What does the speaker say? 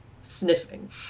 sniffing